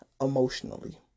emotionally